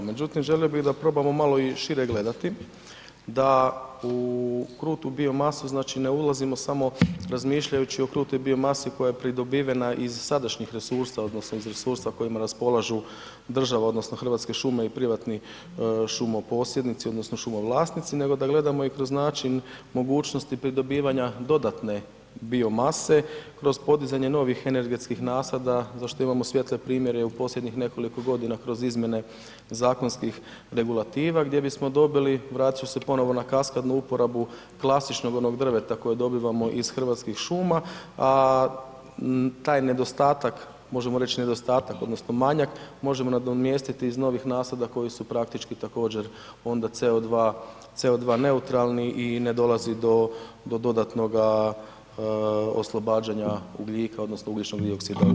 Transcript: Međutim želio bih da probamo malo i šire gledati, da u krutu biomasu znači ne ulazimo samo razmišljajući o krutoj biomasi koja je pridobivena iz sadašnjih resursa odnosno iz resursa kojima raspolažu država odnosno Hrvatske šume i privatni šumoposjednici odnosno šumovlasnici, nego da gledamo i kroz način mogućnosti pridobivanja dodatke bio mase kroz podizanje novih energetskih nasada za što imamo svijetle primjere i u posljednjih nekoliko godina kroz izmjene zakonskih regulativa gdje bismo dobili, vratit ću se ponovo na kaskadnu uporabu klasičnog onog drveta koje dobivamo iz Hrvatskih šuma, a taj nedostatak, možemo reći nedostatak odnosno manjak možemo nadomjestiti iz novih nasada koji su praktički također onda CO2, CO2 neutralni i ne dolazi do dodatnoga oslobađanja ugljika odnosno ugljičnog dioksida u atmosferu.